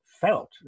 felt